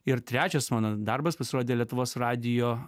ir trečias mano darbas pasirodė lietuvos radijo